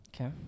okay